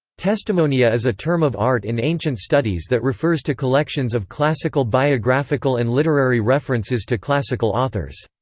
testimonia is a term of art in ancient studies that refers to collections of classical biographical and literary references to classical authors.